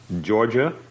Georgia